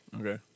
Okay